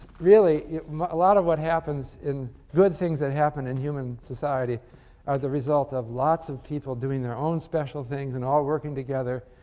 really, a lot of what happens good things that happen in human society are the result of lots of people doing their own special things and all working together.